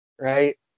right